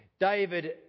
David